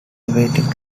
awaiting